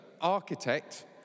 architect